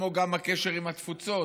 גם הקשר עם התפוצות,